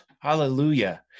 Hallelujah